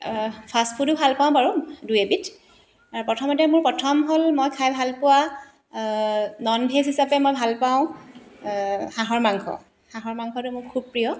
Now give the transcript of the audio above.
fast ফুডো ভাল পাওঁ বাৰু দুই এবিধ প্ৰথমতে মোৰ প্ৰথম হ'ল মই খাই ভাল পোৱা নন ভেজ হিচাপে মই ভাল পাওঁ হাঁহৰ মাংস হাঁহৰ মাংসটো মোৰ খুব প্ৰিয়